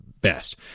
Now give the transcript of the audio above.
best